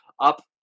up